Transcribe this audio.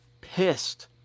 pissed